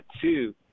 two